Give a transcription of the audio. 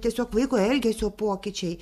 tiesiog vaiko elgesio pokyčiai